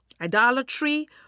Idolatry